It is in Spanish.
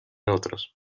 otros